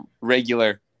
regular